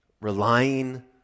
relying